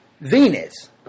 Venus